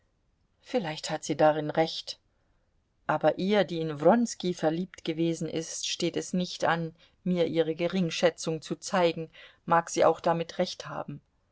vielleicht hat sie darin recht aber ihr die in wronski verliebt gewesen ist steht es nicht an mir ihre geringschätzung zu zeigen mag sie auch damit recht haben